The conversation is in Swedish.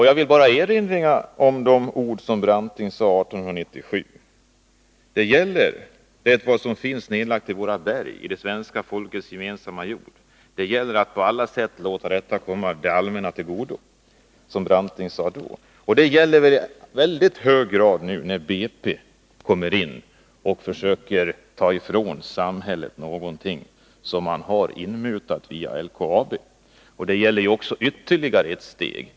Jag vill erinra om några ord som Hjalmar Branting sade 1897: ”Där gäller det vad som finns nedlagt i våra berg, i det svenska folkets gemensamma jord, det gäller att på alla sätt låta detta komma det allmänna till godo.” Så sade alltså Branting då. Det gäller i mycket hög grad nu när BP kommer in och försöker ta ifrån samhället någonting som samhället har inmutat via LKAB. Det gäller också ytterligare ett steg.